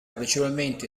principalmente